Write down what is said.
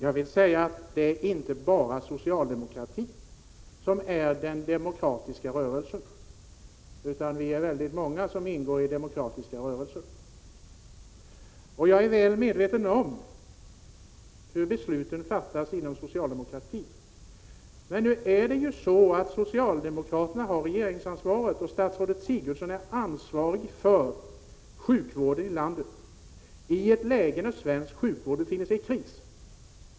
Herr talman! Det är inte bara socialdemokratin som är den demokratiska rörelsen. Vi är väldigt många som ingår i demokratiska rörelser. Jag är väl medveten om hur besluten fattas inom socialdemokratin. Men nu har socialdemokraterna regeringsansvaret, och statsrådet Sigurdsen är ansvarig för sjukvården i landet i ett läge när svensk sjukvård befinner sig i kris.